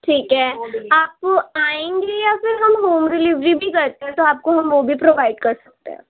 ٹھیک ہے آپ آئیں گے یا پھر ہم ہوم ڈلیوری بھی کرتے ہیں تو آپ کو ہم وہ بھی پرووائڈ کر سکتے ہیں